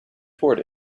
toward